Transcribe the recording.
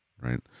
right